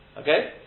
Okay